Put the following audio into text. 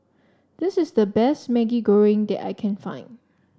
this is the best Maggi Goreng that I can find